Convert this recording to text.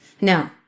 No